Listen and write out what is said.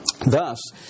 Thus